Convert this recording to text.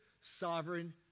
sovereign